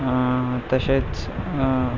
तशेंच